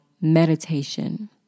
meditation